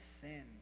sin